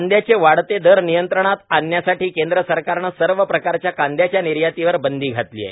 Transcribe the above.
कांद्याचे वाढते दर नियंत्रणात आणण्यासाठी केंद्र सरकारनं सर्व प्रकारच्या कांद्याच्या निर्यातीवर बंदी घातली आहे